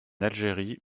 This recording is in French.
algérie